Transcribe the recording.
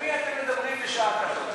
למי אתם מדברים בשעה כזאת?